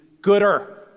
gooder